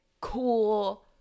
cool